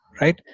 right